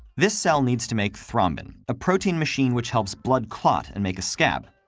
this cell needs to make thrombin, a protein machine which helps blood clot and make a scab.